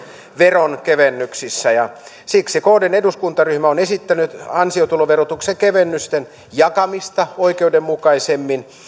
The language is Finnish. veronkevennyksissä siksi kdn eduskuntaryhmä on esittänyt ansiotuloverotuksen kevennysten jakamista oikeudenmukaisemmin